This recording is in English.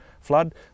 flood